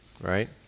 right